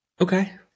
Okay